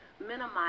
minimize